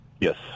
Yes